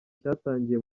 cyatangiye